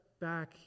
back